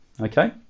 okay